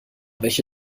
welche